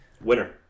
Winner